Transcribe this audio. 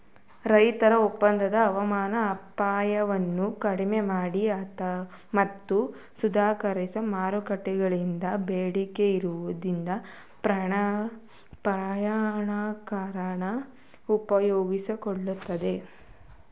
ರೈತರ ಒಪ್ಪಂದ ಹವಾಮಾನ ಅಪಾಯವನ್ನು ಕಡಿಮೆಮಾಡಿ ಮತ್ತು ಸುಧಾರಿತ ಮಾರುಕಟ್ಟೆಗಳಿಂದ ಬೇಡಿಕೆಯಿರುವ ಪ್ರಮಾಣೀಕರಣ ಸುಗಮಗೊಳಿಸ್ತದೆ